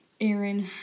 Aaron